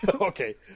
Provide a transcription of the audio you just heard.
Okay